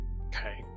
Okay